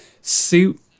suit